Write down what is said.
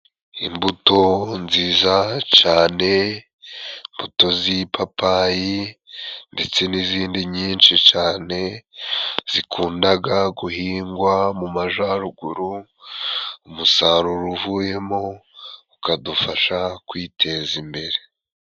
Imbuto nziza cane, imbuto z'ipapayi ndetse n'izindi nyinshi cane zikundaga guhingwa mu majaruguru, umusaruro uvuyemo ukadufasha kwiteza imbere.